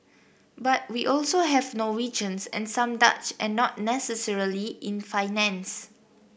but we have also Norwegians and some Dutch and not necessarily in finance